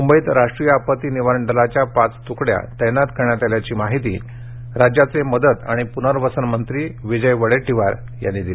मुंबईत राष्ट्रीय आपत्ती निवारण दलाच्या पाच तुकड्या तैनात करण्यात आल्याची माहिती राज्याचे मदत आणि पुनर्वसन मंत्री विजय वडेट्टीवार यांनी दिली